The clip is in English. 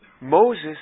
Moses